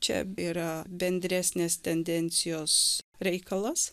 čia yra bendresnės tendencijos reikalas